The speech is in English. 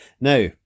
Now